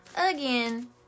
again